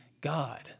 God